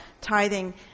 tithing